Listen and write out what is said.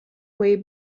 way